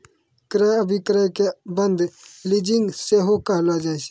क्रय अभिक्रय के बंद लीजिंग सेहो कहलो जाय छै